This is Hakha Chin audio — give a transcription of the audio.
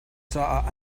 caah